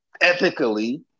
ethically